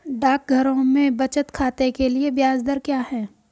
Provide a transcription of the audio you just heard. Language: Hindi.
डाकघरों में बचत खाते के लिए ब्याज दर क्या है?